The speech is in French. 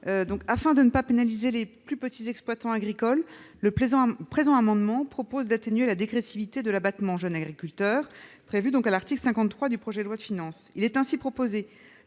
Afin de ne pas pénaliser les plus petits exploitants agricoles, nous souhaitons atténuer la dégressivité de l'abattement « jeunes agriculteurs » prévue à l'article 53 du projet de loi de finances. Il est ainsi proposé